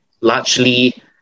largely